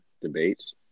debates